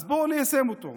אז בואו ניישם אותו.